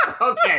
Okay